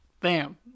bam